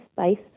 space